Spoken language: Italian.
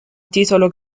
titolo